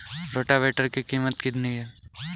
Rotavator की कीमत कितनी है?